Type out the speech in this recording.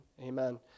Amen